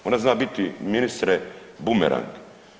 Ona zna biti ministre bumerang.